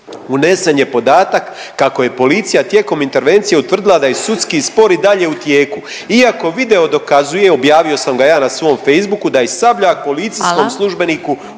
unesen je podatak kako je policija tijekom intervencije utvrdila da je sudski spor i dalje u tijeku iako video dokazuje, objavio sam ga ja na svom Facebooku, da je Sabljak policijskom službeniku…/Upadica